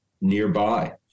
nearby